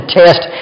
test